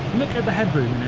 look at the head